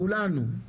כולנו.